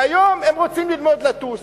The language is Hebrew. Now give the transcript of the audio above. והיום הם רוצים ללמוד לטוס.